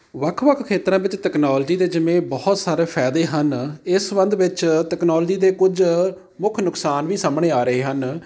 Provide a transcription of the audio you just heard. ਵੱਖ ਵੱਖ ਖੇਤਰਾਂ ਵਿੱਚ ਤਕਨੋਲਜੀ ਦੇ ਜਿਵੇਂ ਬਹੁਤ ਸਾਰੇ ਫ਼ਾਇਦੇ ਹਨ ਇਸ ਸੰਬੰਧ ਵਿੱਚ ਤਕਨੋਲਜੀ ਦੇ ਕੁਝ ਮੁੱਖ ਨੁਕਸਾਨ ਵੀ ਸਾਹਮਣੇ ਆ ਰਹੇ ਹਨ